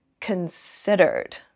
considered